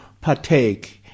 partake